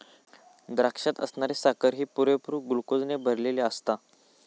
द्राक्षात असणारी साखर ही पुरेपूर ग्लुकोजने भरलली आसता